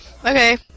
Okay